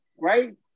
right